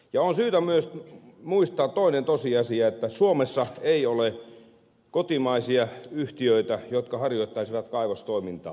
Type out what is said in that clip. on syytä myös muistaa toinen tosiasia että suomessa ei ole kotimaisia yhtiöitä jotka harjoittaisivat kaivostoimintaa